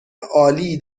عالی